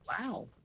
Wow